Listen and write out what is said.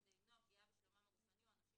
כדי למנוע פגיעה בשלומם הגופני או הנפשי